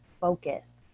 focus